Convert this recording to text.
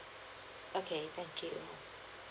okay thank you